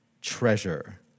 treasure